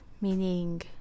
meaning